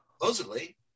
Supposedly